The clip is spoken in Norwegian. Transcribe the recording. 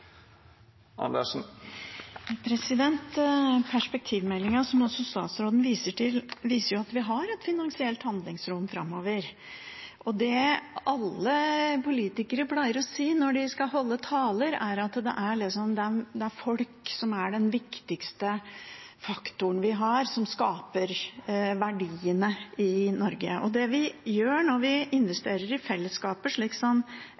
som også statsråden viser til, viser at vi har et finansielt handlingsrom framover. Det alle politikere pleier å si når de skal holde taler, er at det er folk som er den viktigste faktoren vi har, som skaper verdiene i Norge. Det vi gjør når vi investerer i fellesskapet, slik som